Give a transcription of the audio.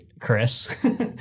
Chris